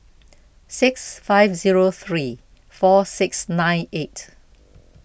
six five zero three four six nine eight